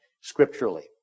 scripturally